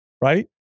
right